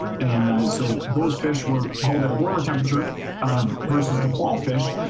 and so those fish were held at a warmer temperature versus the fall fish.